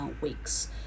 weeks